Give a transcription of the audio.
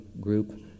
group